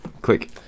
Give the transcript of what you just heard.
Click